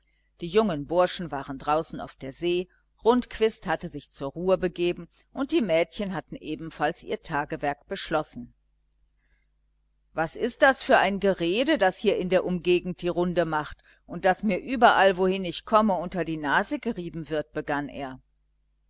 die jungen burschen waren draußen auf der see rundquist hatte sich zur ruhe begeben und die mädchen hatten ebenfalls ihr tagewerk beschlossen was ist das für ein gerede das hier in der umgegend die runde macht und das mir überall wohin ich komme unter die nase gerieben wird begann er